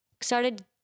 started